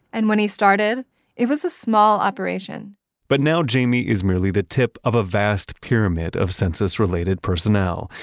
and when he started it was a small operation but now jamie is merely the tip of a vast pyramid of census-related personnel,